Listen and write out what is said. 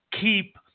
keep